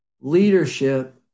leadership